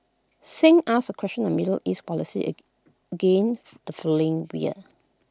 Singh asked A question on middle east policies again the following year